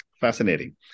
Fascinating